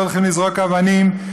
לא הולכים לזרוק אבנים,